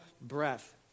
breath